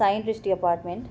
Sai Drishti apartment